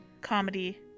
comedy